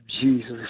Jesus